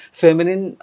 feminine